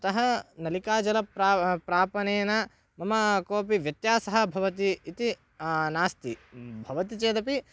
अतः नलिकाजलप्रा प्रापणेन मम कोपि व्यत्यासः भवति इति नास्ति भवति चेदपि